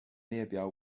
列表